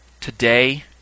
Today